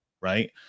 right